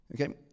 Okay